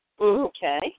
Okay